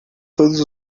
todos